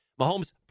Mahomes